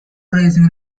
racing